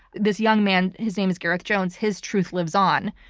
this young man, his name is gareth jones, his truth lives on.